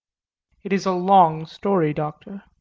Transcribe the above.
it is a long story, doctor.